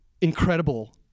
incredible